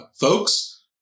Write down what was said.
folks